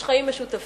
יש חיים משותפים.